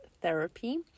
therapy